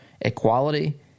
equality